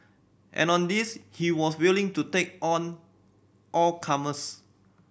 and on this he was willing to take on all comers